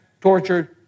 tortured